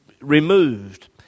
removed